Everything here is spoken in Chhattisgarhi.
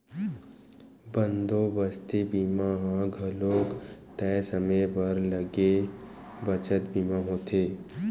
बंदोबस्ती बीमा ह घलोक तय समे बर ले गे बचत बीमा होथे